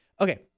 Okay